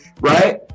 Right